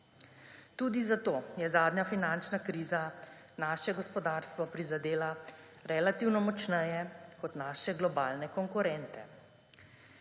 Tudi zato je zadnja finančna kriza naše gospodarstvo prizadela relativno močneje kot naše globalne konkurente.